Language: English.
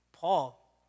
Paul